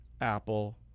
Apple